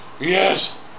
Yes